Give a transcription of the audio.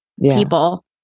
People